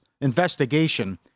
investigation